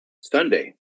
Sunday